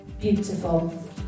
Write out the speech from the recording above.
beautiful